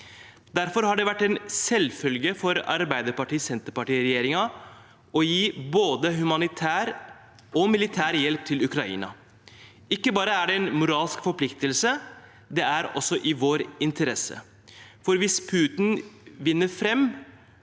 Derfor har det vært en selvfølge for Arbeiderparti–Senterparti-regjeringen å gi både humanitær og militær hjelp til Ukraina. Ikke bare er det en moralsk forpliktelse, det er også i vår interesse, for hvis Putin vinner fram,